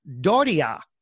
Doria